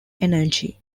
energy